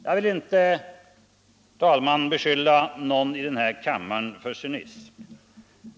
Jag vill inte, herr talman, beskylla någon i denna kammare för cynism.